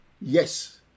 yes